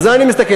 על זה אני מסתכל.